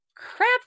Crap